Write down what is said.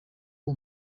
all